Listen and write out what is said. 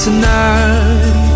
Tonight